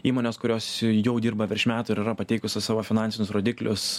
įmonės kurios jau dirba virš metų ir yra pateikusios savo finansinius rodiklius